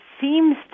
seems